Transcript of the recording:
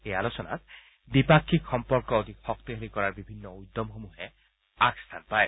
এই আলোচনাত দ্বিপাক্ষিক সম্পৰ্ক অধিক শক্তিশালী কৰাৰ বিভিন্ন উদ্যমসমূহে আগস্থান পায়